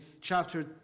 chapter